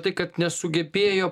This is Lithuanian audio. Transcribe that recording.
tai kad nesugebėjo